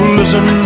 listen